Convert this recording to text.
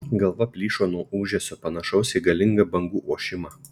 galva plyšo nuo ūžesio panašaus į galingą bangų ošimą